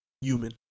human